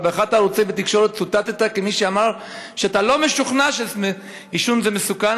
אבל באחד מערוצי התקשורת צוטטת כמי שאמר שאתה לא משוכנע שעישון מסוכן.